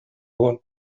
drones